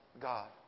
God